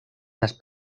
las